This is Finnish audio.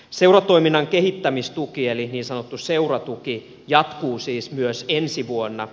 seuratoiminnan kehittämistuki eli niin sanottu seuratuki jatkuu siis myös ensi vuonna